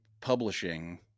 publishing